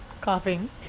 coughing